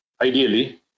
ideally